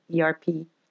ERP